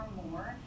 more